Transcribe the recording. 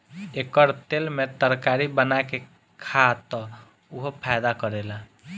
एकर तेल में तरकारी बना के खा त उहो फायदा करेला